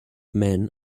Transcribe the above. men